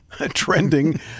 trending